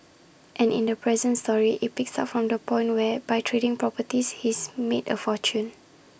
and in the present story IT picks IT up from the point where by trading properties he's made A fortune